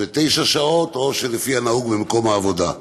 תשע שעות או לפי הנהוג במקום העבודה.